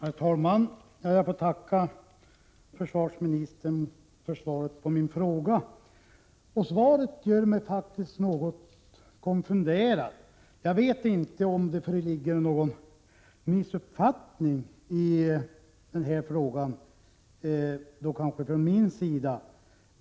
Herr talman! Jag får tacka försvarsministern för svaret på min fråga. Svaret gör mig faktiskt något konfunderad. Jag vet inte om det föreligger någon missuppfattning i den här frågan från min sida.